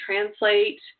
translate